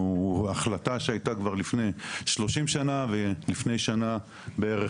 זו החלטה שהייתה כבר לפני שלושים שנה ולפני שנה בערך